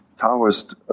Taoist